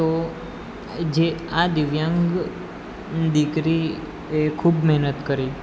તો જે આ દિવ્યાંગ દીકરીએ ખૂબ મહેનત કરી